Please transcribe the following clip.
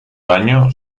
daño